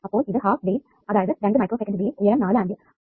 അപ്പോൾ ഇത് half base അതായത് രണ്ട് മൈക്രോ സെക്കൻഡ് ബേസ് ഉയരം 4 ആമ്പിയർ